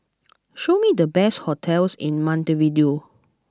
show me the best hotels in Montevideo